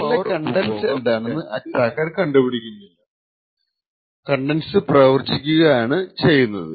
ഇവിടെ റെജിസ്റ്ററിലെ കൺടെന്റസ് എന്താണെന്നു അറ്റാക്കർ കണ്ടുപിടിക്കുന്നില്ല റെജിസ്റ്ററിൽ എന്തായിരിക്കുമെന്ന് പ്രവചിക്കുക ആൺ ചെയ്യുന്നത്